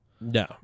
No